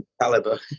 caliber